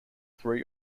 three